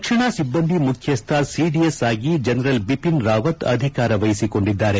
ರಕ್ಷಣಾ ಸಿಬ್ಬಂದಿ ಮುಖ್ಯಸ್ಥ ಸಿದಿಎಸ್ ಆಗಿ ಜನರಲ್ ಬಿಪಿನ್ ರಾವತ್ ಅಧಿಕಾರ ವಹಿಸಿಕೊಂಡಿದ್ದಾರೆ